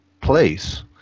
place